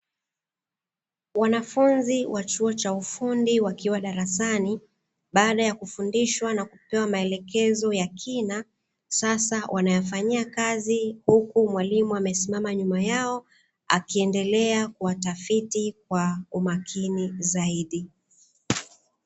Wanafunzi wa chuo cha ufundi wakiwa darasani baada ya kufundishwa na kupewa maelekezo ya kina, sasa wanayafanyia kazi huku mwalimu amesimama nyuma yao akiendelea kuwatafiti kwa umakini zaidi.